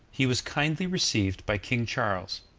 he was kindly received by king charles,